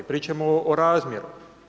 Pričamo o razmjeru.